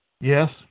Yes